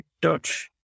Dutch